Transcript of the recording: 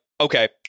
okay